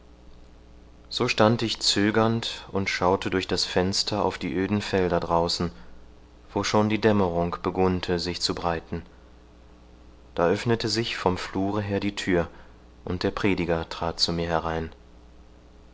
so stand ich zögernd und schaute durch das fenster auf die öden felder draußen wo schon die dämmerung begunnte sich zu breiten da öffnete sich vom flure her die thür und der prediger trat zu mir herein